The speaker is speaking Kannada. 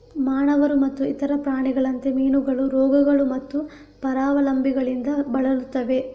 ಮಾನವರು ಮತ್ತು ಇತರ ಪ್ರಾಣಿಗಳಂತೆ, ಮೀನುಗಳು ರೋಗಗಳು ಮತ್ತು ಪರಾವಲಂಬಿಗಳಿಂದ ಬಳಲುತ್ತವೆ